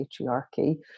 patriarchy